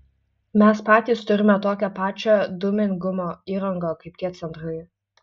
mes patys turime tokią pačią dūmingumo įrangą kaip tie centrai